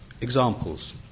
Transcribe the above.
examples